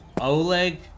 oleg